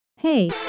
Hey